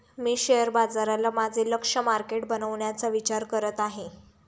मी share बाजाराला माझे लक्ष्य मार्केट बनवण्याचा विचार करत आहे